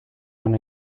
lan